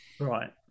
Right